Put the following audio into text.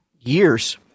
Years